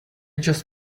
just